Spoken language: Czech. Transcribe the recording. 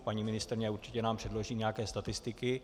Paní ministryně nám určitě předloží nějaké statistiky.